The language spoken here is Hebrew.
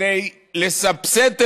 כדי לסבסד טרור,